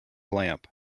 lamp